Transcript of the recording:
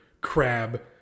crab